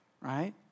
right